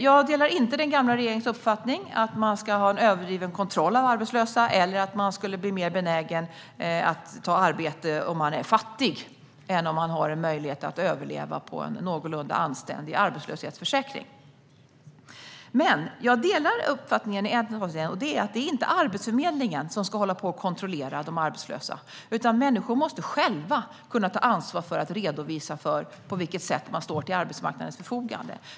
Jag delar inte den gamla regeringens uppfattning att man ska ha en överdriven kontroll av arbetslösa eller att man skulle vara mer benägen att ta ett arbete om man är fattig än om man har möjlighet att överleva på en någorlunda anständig arbetslöshetsförsäkring. Men jag delar uppfattningen att det inte är Arbetsförmedlingen som ska kontrollera de arbetslösa. Människor måste själva ta ansvar för att redovisa på vilket sätt som man står till arbetsmarknadens förfogande.